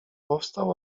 powstał